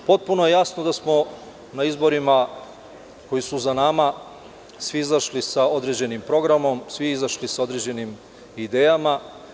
Potpuno je jasno da smo na izborima koji su za nama svi izašli sa određenim programom, svi izašli sa određenim idejama.